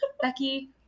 Becky